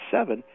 seven